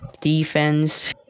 Defense